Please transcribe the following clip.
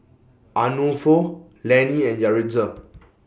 Arnulfo Lanie and Yaritza